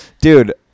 dude